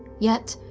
yet,